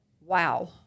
wow